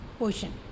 ocean